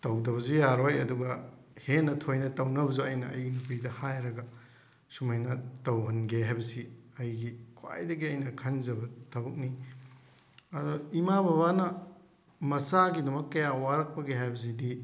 ꯇꯧꯗꯕꯁꯨ ꯌꯥꯔꯣꯏ ꯑꯗꯨꯒ ꯍꯦꯟꯅ ꯊꯣꯏꯅ ꯇꯧꯅꯕꯁꯨ ꯑꯩꯅ ꯑꯩꯒꯤ ꯅꯨꯄꯤꯗ ꯍꯥꯏꯔꯒ ꯁꯨꯝꯃꯥꯏꯅ ꯇꯧꯍꯟꯒꯦ ꯍꯥꯏꯕꯁꯤ ꯑꯩꯒꯤ ꯈ꯭ꯋꯥꯏꯗꯒꯤ ꯑꯩꯅ ꯈꯟꯖꯕ ꯊꯕꯛꯅꯤ ꯑꯗꯣ ꯏꯝꯥ ꯕꯥꯕꯅ ꯃꯆꯥꯒꯤꯗꯃꯛ ꯀꯌꯥ ꯋꯥꯔꯛꯄꯒꯦ ꯍꯥꯏꯕꯁꯤꯗꯤ